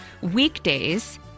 weekdays